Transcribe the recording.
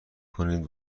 کنید